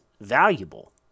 valuable